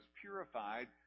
purified